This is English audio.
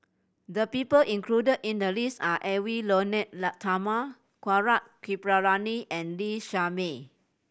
the people included in the list are Edwy Lyonet Talma Gaurav Kripalani and Lee Shermay